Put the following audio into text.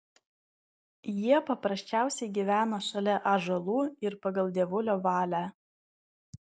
jie paprasčiausiai gyveno šalia ąžuolų ir pagal dievulio valią